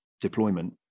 deployment